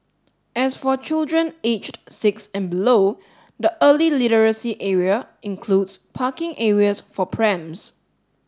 as for children aged six and below the early literacy area includes parking areas for prams